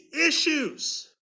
issues